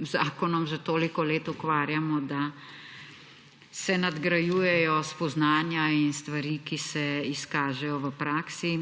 zakonom že toliko let ukvarjamo, da se nadgrajujejo spoznanja in stvari, ki se izkažejo v praksi,